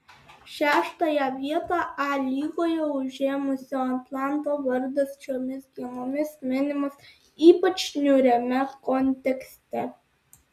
šeštąją vietą a lygoje užėmusio atlanto vardas šiomis dienomis minimas ypač niūriame kontekste